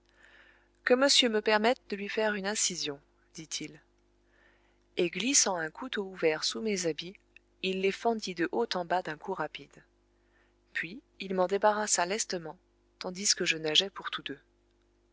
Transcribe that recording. que monsieur me permette de lui faire une incision dit-il et glissant un couteau ouvert sous mes habits il les fendit de haut en bas d'un coup rapide puis il m'en débarrassa lestement tandis que je nageais pour tous deux